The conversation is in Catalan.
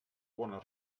bona